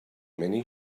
many